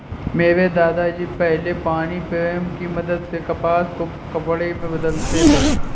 मेरे दादा जी पहले पानी प्रेम की मदद से कपास को कपड़े में बदलते थे